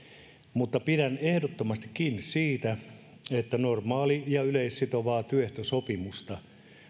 mutta pidän ehdottomasti kiinni siitä että normaali tai yleissitovaa työehtosopimusta